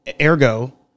ergo